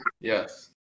Yes